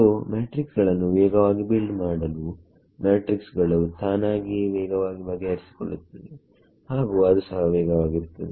so matrix ಗಳನ್ನು ವೇಗವಾಗಿ build ಮಾಡಲು ಮ್ಯಾಟ್ರಿಕ್ಸ್ ಗಳು ತಾನಾಗಿಯೇ ವೇಗವಾಗಿ ಬಗೆಹರಿಸಿ ಕೊಳ್ಳುತ್ತವೆ ಹಾಗು ಅದು ಸಹ ವೇಗವಾಗಿರುತ್ತದೆ